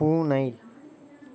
பூனை